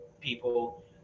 people